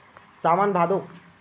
सावन भादो